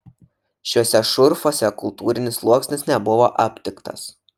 šiuose šurfuose kultūrinis sluoksnis nebuvo aptiktas